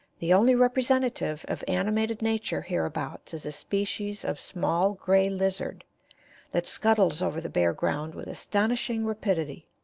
the only representative of animated nature hereabouts is a species of small gray lizard that scuttles over the bare ground with astonishing rapidity.